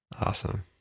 Awesome